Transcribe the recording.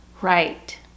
right